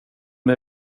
med